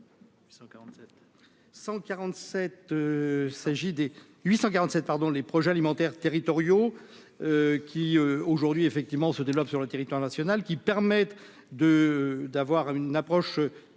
847 pardon les projets alimentaires territoriaux qui, aujourd'hui, effectivement, se développe sur le territoire national, qui permettent de d'avoir une approche une